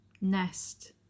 nest